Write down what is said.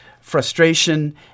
frustration